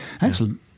excellent